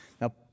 now